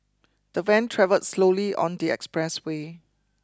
the van travelled slowly on the expressway